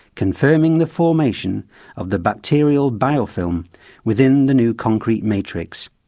confirming the formation of the bacterial biofilm within the new concrete matrix.